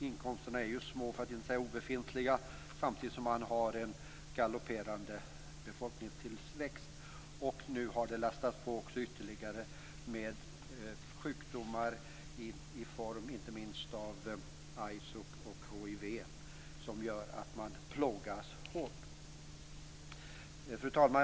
Inkomsterna är små, för att inte säga obefintliga, samtidigt som man har en galopperande befolkningstillväxt. Nu har det lastats på ytterligare med sjukdomar i form inte minst av aids och hiv, som gör att man plågas hårt. Fru talman!